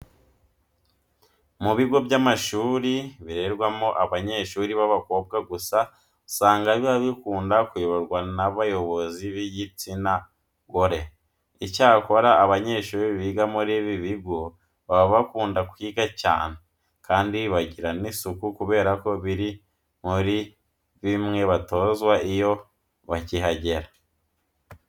Mu bigo by'amashuri birererwamo abanyeshuri b'abakobwa gusa usanga biba bikunda kuyoborwa n'abayobozi b'igitsina gore. Icyakora abanyeshuri biga muri ibi bigo baba bakunda kwiga cyane kandi bagira n'isuku kubera ko biri muri bimwe batozwa iyo bakihagera.